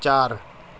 چار